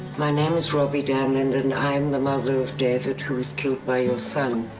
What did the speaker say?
my name is robi damelin and i am the mother of david who was killed by your son.